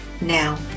now